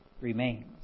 remains